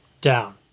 Down